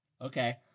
Okay